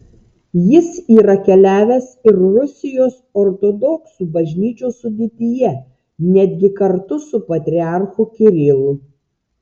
jis yra keliavęs ir rusijos ortodoksų bažnyčios sudėtyje netgi kartu su patriarchu kirilu